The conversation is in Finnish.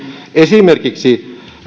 esimerkiksi